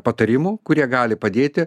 patarimų kurie gali padėti